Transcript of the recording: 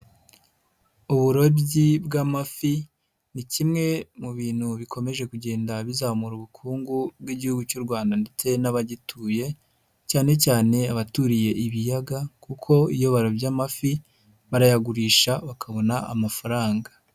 Uburobyi bw'amafi ni kimwe mu bintu bikomeje kugenda bizamura ubukungu bw'Igihugu cy'u Rwanda ndetse n'abagituye, cyane cyane abaturiye ibiyaga kuko iyo barobye amafi barayagurisha bakabona amafaranga.